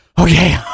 Okay